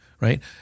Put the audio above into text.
right